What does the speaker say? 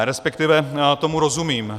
Respektive, já tomu rozumím.